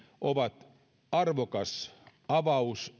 ovat arvokkaita avauksia ja